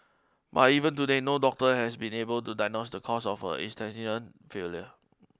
but even today no doctor has been able to diagnose the cause of her failure